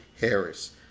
Harris